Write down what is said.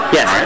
Yes